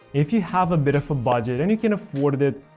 if you have a bit of a budget and you can afford it,